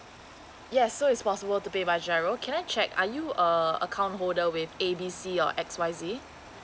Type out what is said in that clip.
yes so is possible to pay by giro can I check are you a account holder with A B C or X Y Z